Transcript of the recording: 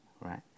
right